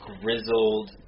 grizzled